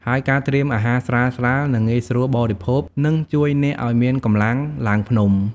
ហើយការត្រៀមអាហារស្រាលៗ និងងាយស្រួលបរិភោគនឹងជួយអ្នកឲ្យមានកម្លាំងឡើងភ្នំ។